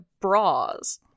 bras